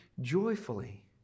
joyfully